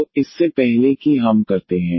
तो इससे पहले कि हम करते हैं